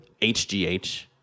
HGH